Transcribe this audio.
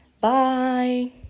Bye